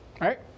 Right